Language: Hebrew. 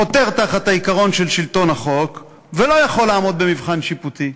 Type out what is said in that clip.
חותר תחת העיקרון של שלטון החוק ולא יכול לעמוד במבחן שיפוטי.